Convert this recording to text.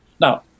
Now